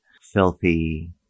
Filthy